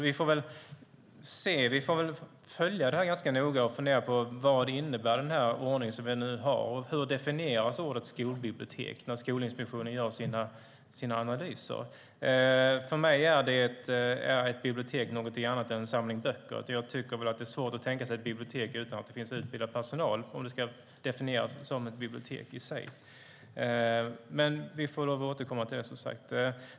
Vi får följa detta ganska noga och fundera på vad den ordning som vi nu har innebär och hur ordet skolbibliotek definieras när Skolinspektionen gör sina analyser. För mig är ett bibliotek någonting annat än en samling böcker. Det är svårt att tänka sig ett bibliotek utan att det finns utbildad personal, om det ska definieras som ett bibliotek. Vi får återkomma till det.